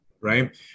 right